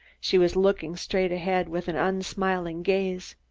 she was looking straight ahead, with an unsmiling gaze.